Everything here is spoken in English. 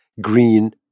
green